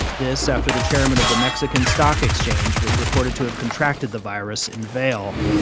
this after the chairman of the mexican stock exchange was reported to have contracted the virus in vail.